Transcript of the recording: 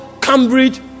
cambridge